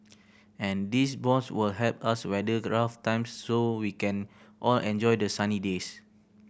and these bonds will help us weather rough times so we can all enjoy the sunny days